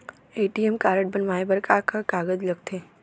ATM card बनवाये बर का का कागज लगथे?